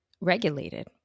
regulated